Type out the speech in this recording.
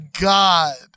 God